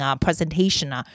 presentation